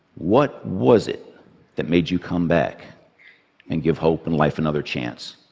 what was it that made you come back and give hope and life another chance?